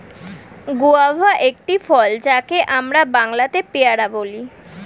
guava একটি ফল যাকে আমরা বাংলাতে পেয়ারা বলি